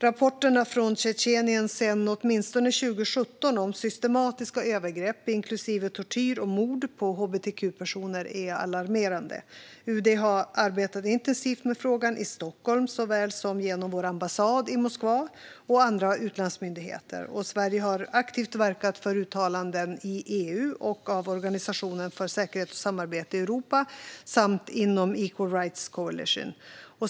Rapporterna från Tjetjenien sedan åtminstone 2017 om systematiska övergrepp, inklusive tortyr och mord, på hbtq-personer är alarmerande. UD har arbetat intensivt med frågan såväl i Stockholm som genom vår ambassad i Moskva och genom andra utlandsmyndigheter. Sverige har aktivt verkat för uttalanden i EU och av Organisationen för säkerhet och samarbete i Europa, samt inom Equal Rights Coalition.